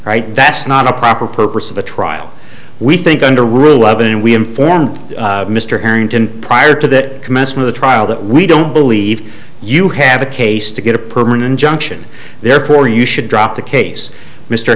right that's not a proper purpose of the trial we think under ruhleben we informed mr harrington prior to that commencement of trial that we don't believe you have a case to get a permanent junction therefore you should drop the case mr